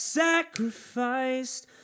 sacrificed